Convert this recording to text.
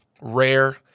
rare